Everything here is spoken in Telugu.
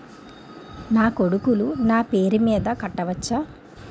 నా కొడుకులు నా పేరి మీద కట్ట వచ్చా?